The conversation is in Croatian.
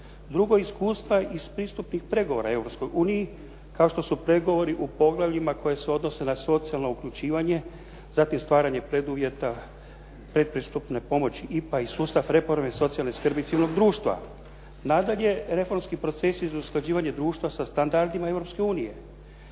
Drugo, iskustva iz pristupnih pregovora Europskoj uniji, kao što su pregovori u poglavljima koja se odnose na socijalno uključivanje, zatim stvaranje preduvjeta pretpristupne pomoći IPA i sustav reforme socijalne skrbi cijelog društva. Nadalje, reformski procesi za usklađivanje društva sa standardima